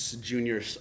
junior